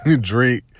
drink